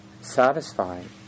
satisfying